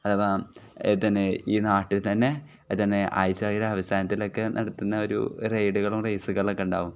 അഥവാ ഇത് തന്നെ ഈ നാട്ടിൽ തന്നെ ഇത് തന്നെ ആഴ്ചയുടെ അവസാനത്തിലൊക്കെ നടത്തുന്ന ഒരു റൈഡുകളും റയ്സുകളൊക്കെ ഉണ്ടാകും